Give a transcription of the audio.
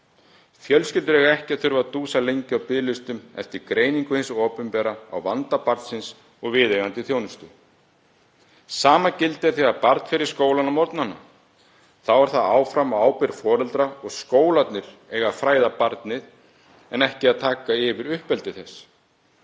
Fjölskyldur eiga ekki að þurfa að dúsa lengi á biðlistum eftir greiningu hins opinbera á vanda barnsins og viðeigandi þjónustu. Sama gildir þegar barn fer í skólann á morgnana. Þá er það áfram á ábyrgð foreldra og skólarnir eiga að fræða barnið en ekki að taka yfir uppeldi þess.